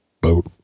boat